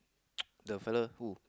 the fellow who